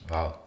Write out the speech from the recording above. Wow